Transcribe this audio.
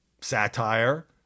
satire